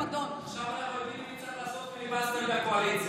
עכשיו אנחנו יודעים מי צריך לעשות פיליבסטר בקואליציה.